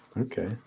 Okay